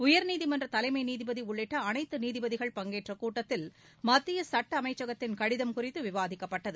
உயர்நீதிமன்ற தலைமை நீதிபதி உள்ளிட்ட அனைத்து நீதிபதிகள் பங்கேற்ற கூட்டத்தில் மத்திய சட்ட அமைச்சகத்தின் கடிதம் குறித்து விவாதிக்கப்பட்டது